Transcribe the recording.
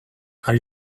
are